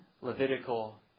Levitical